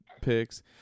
picks